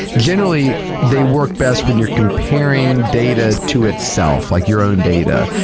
generally, they work best when you're comparing data to itself, like your own data.